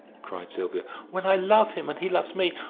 cried sylvia, when i love him and he loves me?